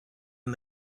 and